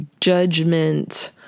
judgment